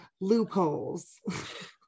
loopholes